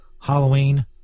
Halloween